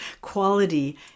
quality